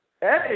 Hey